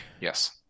Yes